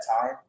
time